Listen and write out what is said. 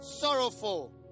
sorrowful